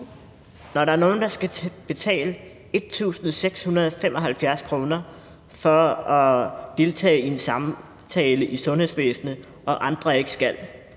Når der er nogle, der skal betale 1.675 kr. for at deltage i en samtale i sundhedsvæsenet, og andre ikke skal,